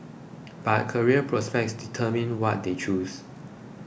but career prospects determined what they chose